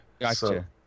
Gotcha